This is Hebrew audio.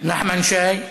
נחמן שי?